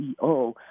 CEO